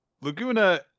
Laguna